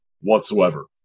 whatsoever